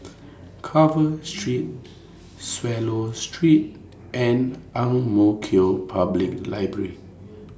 Carver Street Swallow Street and Ang Mo Kio Public Library